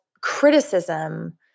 criticism